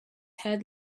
head